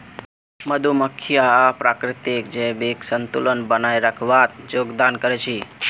मधुमक्खियां प्रकृतित जैविक संतुलन बनइ रखवात योगदान कर छि